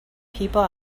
people